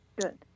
Good